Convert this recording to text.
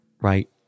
right